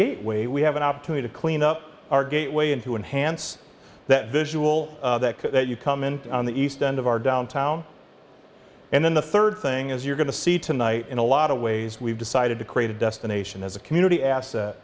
gateway we have an opportunity to clean up our gateway into enhance that visual that you come in on the east end of our downtown and then the third thing is you're going to see tonight in a lot of ways we've decided to create a destination as a community asset